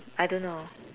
I don't know